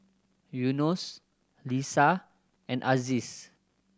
Yunos Lisa and Aziz